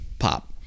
Pop